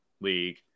league